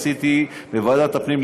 עשיתי בוועדת הפנים,